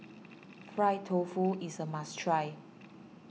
Fried Tofu is a must try